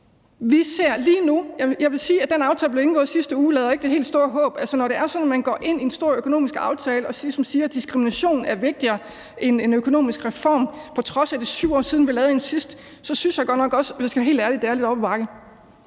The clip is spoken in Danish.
vil sige, at den aftale, der blev indgået i sidste uge, jo ikke efterlader det helt store håb. Når det er sådan, at man går ind i en stor økonomisk aftale og ligesom siger, at diskrimination er vigtigere end en økonomisk reform, på trods af at det er 7 år siden, vi sidst lavede en, så synes jeg godt nok også – hvis jeg skal